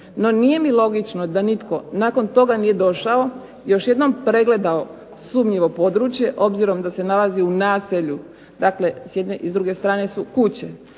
no nijemi logično da nitko nakon toga nije došao, još jednom pregledao sumnjivo područje, obzirom da se nalazi u naselju, dakle s jedne i dru ge strane su kuće,